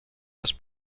las